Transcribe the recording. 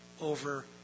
over